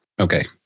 Okay